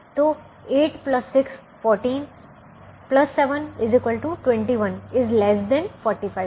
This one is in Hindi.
तो 8 6 14 7 21 45 है